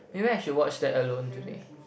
maybe I should watch that alone today